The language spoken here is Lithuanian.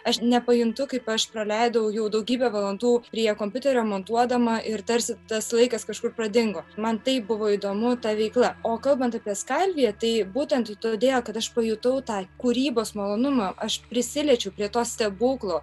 aš nepajuntu kaip aš praleidau jau daugybę valandų prie kompiuterio montuodama ir tarsi tas laikas kažkur pradingo man taip buvo įdomu ta veikla o kalbant apie skalviją tai būtent todėl kad aš pajutau tą kūrybos malonumą aš prisiliečiau prie to stebuklo